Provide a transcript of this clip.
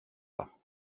pas